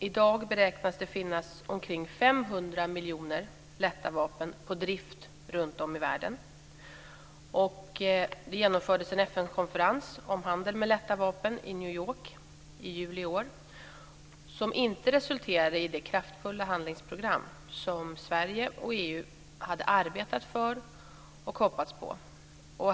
I dag beräknas det finnas omkring 500 miljoner lätta vapen på drift runtom i världen. Det genomfördes en FN-konferens om handel med lätta vapen i New York i juli i år som inte resulterade i det kraftfulla handlingsprogram som Sverige och EU hade arbetat för och hoppats på.